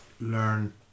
learn